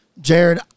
Jared